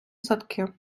садки